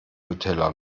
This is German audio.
nutella